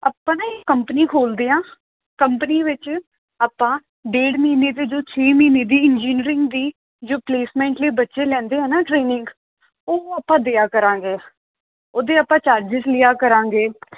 ਆਪਾਂ ਨਾ ਇਹ ਕੰਪਨੀ ਖੋਲ੍ਹਦੇ ਹਾਂ ਕੰਪਨੀ ਵਿੱਚ ਆਪਾਂ ਡੇਢ ਮਹੀਨੇ ਦੇ ਜੋ ਛੇ ਮਹੀਨੇ ਦੀ ਇੰਜੀਨੀਅਰਿੰਗ ਦੀ ਜੋ ਪਲੇਸਮੈਂਟ ਲਈ ਬੱਚੇ ਲੈਂਦੇ ਆ ਨਾ ਟ੍ਰੇਨਿੰਗ ਉਹ ਆਪਾਂ ਦਿਆ ਕਰਾਂਗੇ ਉਹਦੇ ਆਪਾਂ ਚਾਰਜਿਸ ਲਿਆ ਕਰਾਂਗੇ